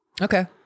Okay